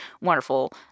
wonderful